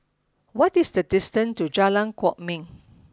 what is the distance to Jalan Kwok Min